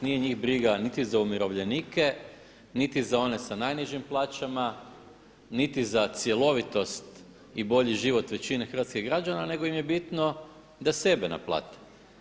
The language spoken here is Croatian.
Nije njih briga niti za umirovljenike niti za one sa najnižim plaćama, niti za cjelovitost i bolji život većine hrvatskih građana nego im je bitno da sebe naplate.